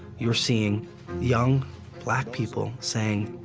you're seeing young black people saying,